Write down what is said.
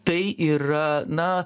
tai yra na